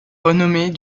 renommée